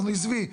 עזבי,